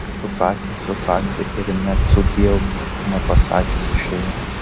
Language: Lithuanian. susakė susakė ir net sudiev nepasakęs išėjo